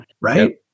Right